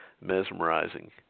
mesmerizing